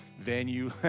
venue